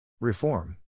Reform